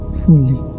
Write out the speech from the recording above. fully